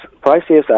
prices